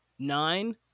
Nine